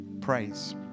praise